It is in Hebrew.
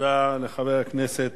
תודה לחבר הכנסת